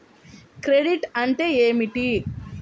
Credit అంటే ఏమిటి?